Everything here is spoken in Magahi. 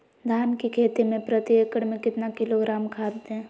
धान की खेती में प्रति एकड़ में कितना किलोग्राम खाद दे?